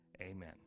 Amen